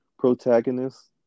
Protagonist